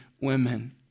women